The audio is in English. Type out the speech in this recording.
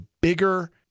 bigger